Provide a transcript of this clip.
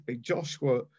Joshua